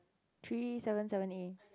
three seven seven A